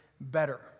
better